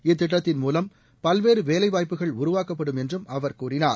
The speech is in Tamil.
இத்திட்டத்தின் மூலம் பல்வேறு வேலைவாய்ப்புகள் உருவாக்கப்படும் என்றும் அவர் கூறினார்